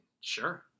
sure